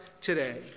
today